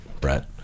Brett